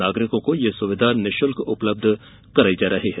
नागरिकों को यह सुविधा निःशुल्क उपलब्ध कराई जा रही है